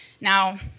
Now